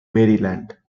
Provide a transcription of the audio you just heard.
maryland